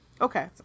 Okay